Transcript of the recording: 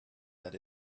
that